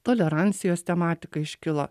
tolerancijos tematika iškilo